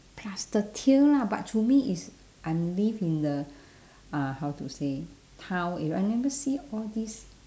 plus the tail lah but to me is I'm live in the uh how to say town area I never see all this